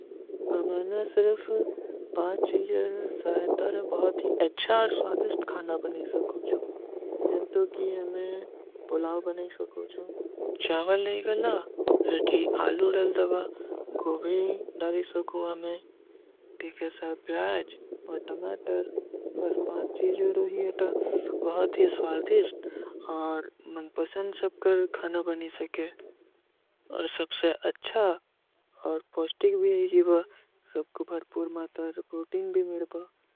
ମୈଂନେ ସିର୍ଫ ପାଁଚୀଜର ସାହେତାର ବହୁତ ହୀ ଅଚ୍ଛା ଔର ସ୍ଵାଦିସ୍ଟ ଖାନା ବନୀ ସକୂଁଚୂ। ଜିନ୍ଟୋ କୀ ହମେଂ ପୁଲାଵ ବନୀ ସକୂଁଚୂ। ଚାଵଲ ନହୀଂ କରନା ହୈ କି ଆଲୂ ରଲ ଦାଵା, ଗୋବୀଂ ଦାଦୀ ସକୂଁଚୂ ମେଂ, ତୀକେ ସା ଭ୍ଯାଜ, ବଟମାଟର, ବସ ପାଁଚୀଜର ହୁଈ ହୈତାର ବହୁତ ହୀ ସ୍ଵାଦିସ୍ଟ ଔର ମନପସଂଦ ସବକର ଖାନା ବନୀ ସକେ। ଔର ସବସେ ଅଚ୍ଛା ଔର ପଷ୍ଟିକ ଭୀ ହୈ ଜୀଵା, ସବକୋ ଭଡପୂର ମାତର ପ୍ରୋଟୀନ ଭୀ ମିଲବା।